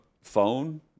phone